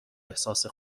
احساس